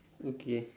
okay